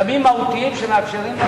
פגמים מהותיים שמאפשרים,